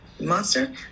monster